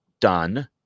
done